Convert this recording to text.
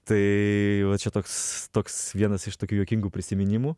tai va čia toks toks vienas iš tokių juokingų prisiminimų